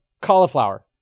cauliflower